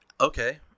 Okay